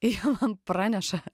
jie man praneša